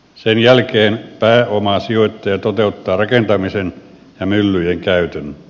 sen jälkeen pääomasijoittaja toteuttaa rakentamisen ja myllyjen käytön